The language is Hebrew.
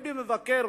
ביבי מבקר,